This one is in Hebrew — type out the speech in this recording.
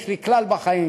יש לי כלל בחיים,